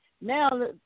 Now